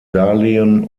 darlehen